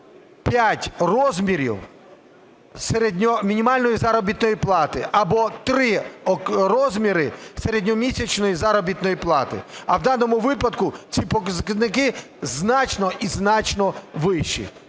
розмірів мінімальної заробітної плати або три розміри середньомісячної заробітної плати. А в даному випадку ці показники значно і значно вищі.